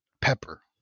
pepper